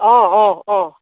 অঁ অঁ অঁ